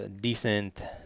decent